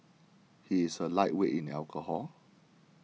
he is a lightweight in alcohol